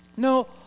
No